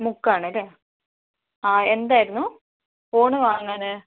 മുക്കമാണല്ലേ ആ എന്തായിരുന്നു ഫോൺ വാങ്ങാൻ